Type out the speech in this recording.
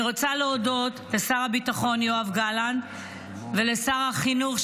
אני רוצה להודות לשר הביטחון יואב גלנט ולשר החינוך,